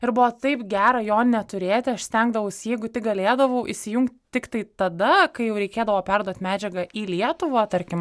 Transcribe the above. ir buvo taip gera jo neturėti aš stengdavaus jeigu tik galėdavau įsijungt tiktai tada kai jau reikėdavo perduot medžiagą į lietuvą tarkim